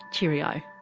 cheerio